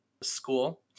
school